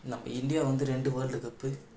நம்ப இந்தியா வந்து ரெண்டு வேர்ல்டு கப்பு